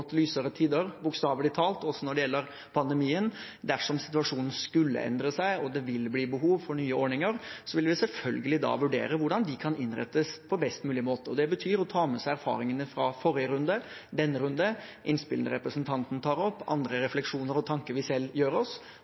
lysere tider, bokstavelig talt, også når det gjelder pandemien. Dersom situasjonen skulle endre seg og det vil bli behov for nye ordninger, vil vi selvfølgelig da vurdere hvordan de kan innrettes på best mulig måte. Det betyr å ta med seg erfaringene fra forrige runde og denne runden, innspillene representanten tar opp, og andre refleksjoner og tanker vi selv gjør oss.